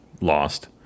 lost